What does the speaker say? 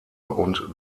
und